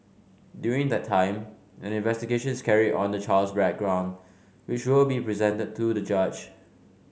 during that time an investigation is carried on the child's background which will be presented to the judge